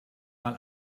mal